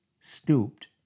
stooped